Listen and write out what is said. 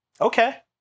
okay